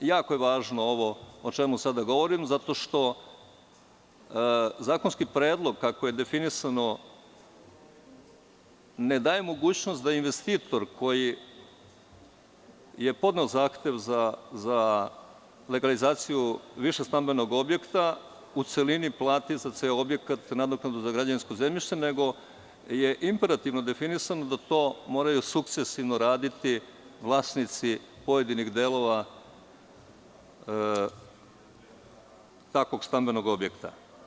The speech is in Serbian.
Jako je važno ovo o čemu sada govorim, zato što zakonski predlog, kako je definisano, ne daje mogućnost da investitor koji je podneo zahtev za legalizacije višestambenog objekta u celini plati za ceo objekat nadoknadu za građevinsko zemljište, nego je imperativno definisano da to moraju sukcesivno raditi vlasnici pojedinih delova takvog stambenog objekta.